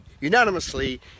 unanimously